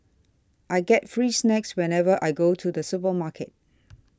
I get free snacks whenever I go to the supermarket